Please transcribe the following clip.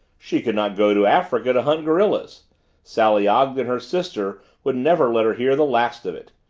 she could not go to africa to hunt gorillas sally ogden, her sister, would never let her hear the last of it.